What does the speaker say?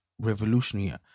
revolutionary